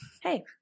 hey